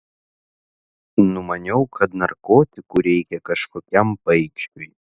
numaniau kad narkotikų reikia kažkokiam paikšiui